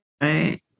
Right